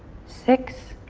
six.